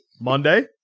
Monday